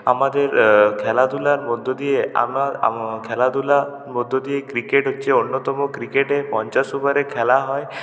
আমাদের খেলাধুলার মধ্য দিয়ে আমার আমরা খেলাধুলার মধ্য দিয়ে ক্রিকেট হচ্ছে অন্যতম ক্রিকেটে পঞ্চাশ ওভারে খেলা হয়